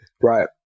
Right